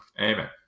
amen